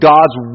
God's